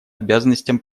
обязанностям